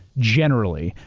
generally,